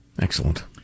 Excellent